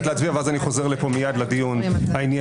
להצביע ואז אני חוזר לפה מיד לדיון הענייני.